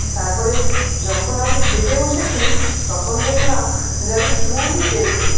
তারপরে যখন আমি খেতে বসেছি তখন দেখলাম যে আমি নুনই দিইনি